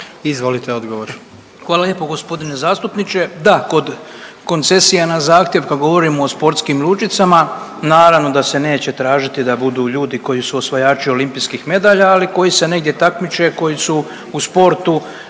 Oleg (HDZ)** Hvala lijepo gospodine zastupniče. Da, kod koncesija na zahtjev kad govorimo o sportskim lučicama naravno da se neće tražiti da budu ljudi koji su osvajači olimpijskih medalja, ali koji se negdje takmiče, koji su u sportu,